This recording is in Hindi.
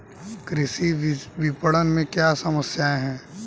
कृषि विपणन में क्या समस्याएँ हैं?